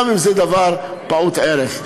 גם אם זה דבר פעוט ערך.